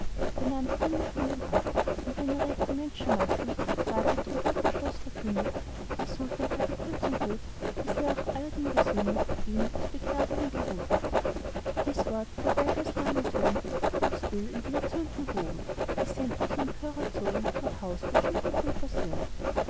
der nahm die binde von ihm ab und den erregten menschenmassen ward mit trompetenstoß verkündigt der sultan habe kurz und gut wie sehr auch aladdin gesündigt ihn zu begnadigen geruht dies wort voll beifallslärm umtönt goß öl in die erzürnten wogen die sämtlichen empörer zogen nach haus beschwichtigt und versöhnt